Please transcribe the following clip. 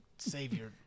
Savior